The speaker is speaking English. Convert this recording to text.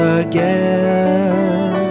again